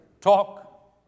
talk